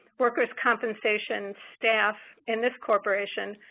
workers compensation staff, in this corporation,